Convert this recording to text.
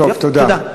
טוב, תודה.